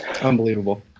unbelievable